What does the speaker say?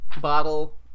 bottle